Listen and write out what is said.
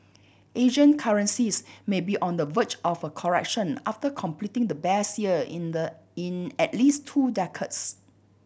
Asian currencies may be on the verge of a correction after completing the best year in the in at least two decades